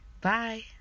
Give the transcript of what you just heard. Bye